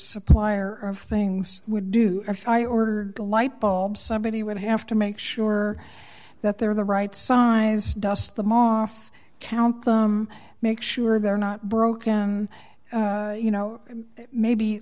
supplier of things would do if i ordered a light bulb somebody would have to make sure that they're the right size dust them off count them make sure they're not broken you know maybe